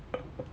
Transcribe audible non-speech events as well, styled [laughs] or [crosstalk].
[laughs]